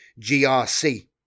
GRC